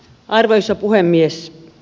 arvoisa puhemies